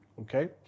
okay